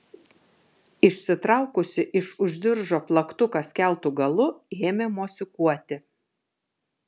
išsitraukusi iš už diržo plaktuką skeltu galu ėmė mosikuoti